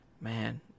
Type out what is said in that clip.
Man